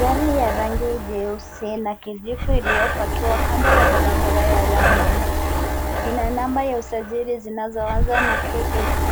Gari ya rangi jeusi na kijivu iliyopakiwa kando ya barabara ya lami. lina namba ya usajili zinazoanza na KAC .